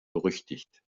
berüchtigt